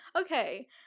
okay